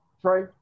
Trey